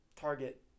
target